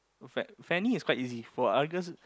oh Fa~ Fanny is quite easy for Argus